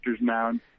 mound